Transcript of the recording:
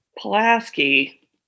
Pulaski